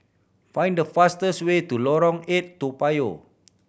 find the fastest way to Lorong Eight Toa Payoh